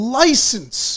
license